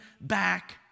back